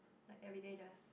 like everyday just